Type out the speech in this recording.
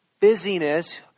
busyness